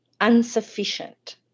insufficient